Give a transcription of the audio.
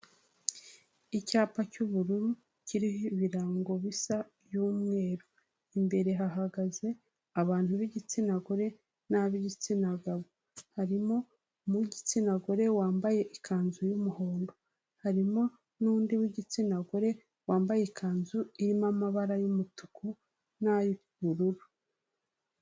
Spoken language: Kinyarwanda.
Icyapa cy'ubururu kiriho ibirango bisa by'umweru, imbere hahagaze abantu b'igitsina gore n'ab'igitsina gabo, harimo uw'igitsina gore wambaye ikanzu y'umuhondo, harimo n'undi w'igitsina gore wambaye ikanzu irimo amabara y'umutuku n'ay'ubururu.